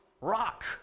Rock